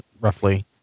roughly